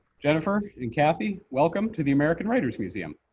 jennifer and kathy, welcome to the american writers museum!